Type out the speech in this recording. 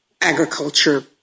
agriculture